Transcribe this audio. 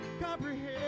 comprehend